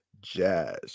jazz